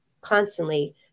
constantly